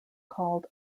called